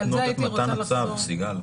סיגל,